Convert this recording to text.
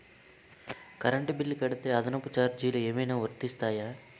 Current bill కడితే అదనపు ఛార్జీలు ఏమైనా వర్తిస్తాయా?